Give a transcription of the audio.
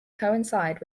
coincide